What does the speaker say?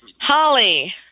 Holly